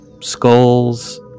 skulls